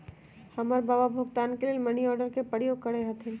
हमर बबा भुगतान के लेल मनीआर्डरे के प्रयोग करैत रहथिन